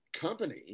company